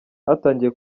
hatangiye